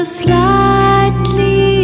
slightly